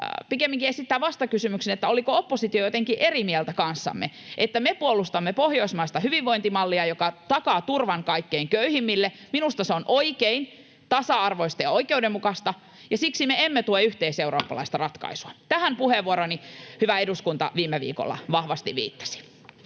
pikemminkin esittää vastakysymyksen, oliko oppositio jotenkin eri mieltä kanssamme. Me puolustamme pohjoismaista hyvinvointimallia, joka takaa turvan kaikkein köyhimmille. Minusta se on oikein, tasa-arvoista ja oikeudenmukaista, ja siksi me emme tue yhteiseurooppalaista ratkaisua. Tähän puheenvuoroni, hyvä eduskunta, viime viikolla vahvasti viittasi.